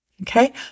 okay